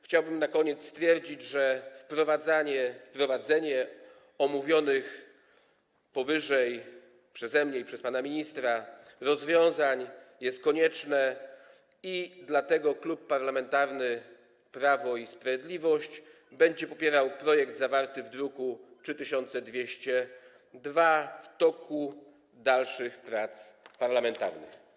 Chciałbym na koniec stwierdzić, że wprowadzenie omówionych przeze mnie i przez pana ministra rozwiązań jest konieczne, i dlatego Klub Parlamentarny Prawo i Sprawiedliwość będzie popierał projekt zawarty w druku nr 3202 w toku dalszych prac parlamentarnych.